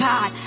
God